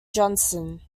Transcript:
johnson